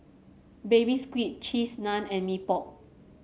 Baby Squid Cheese Naan and Mee Pok